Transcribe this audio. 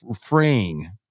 freeing